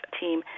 team